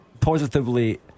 Positively